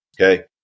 Okay